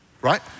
right